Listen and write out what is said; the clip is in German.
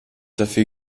dafür